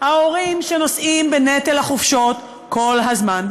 ההורים שנושאים בנטל החופשות כל הזמן.